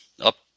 Up